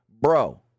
Bro